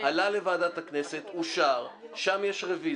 זה עלה לוועדת הכנסת ואושר, אבל יש שם רוויזיה.